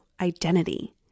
identity